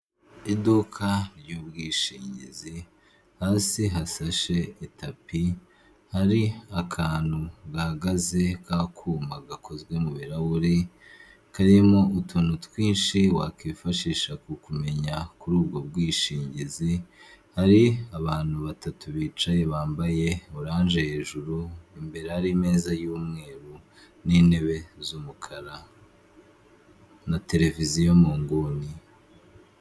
Iduka ry'ubwishingizi hasi hasashe itapi hari akantu gahagaze k'akuma gakozwe mubirahuri, karimo utuntu twinshi wakwifashisha ku kumenya kuri ubwo bwishingizi, hari abantu batatu bicaye bambaye oranje hejuru imbere hari meza y'umweru n'intebe z'umukara na televiziyo mu nguni.